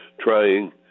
trying